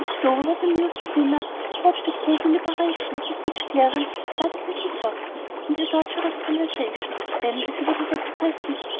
clover was amused at dinner to watch the cool deliberation with which clarence studied mrs. watson and her tortuous conversation, and, as he would have expressed it,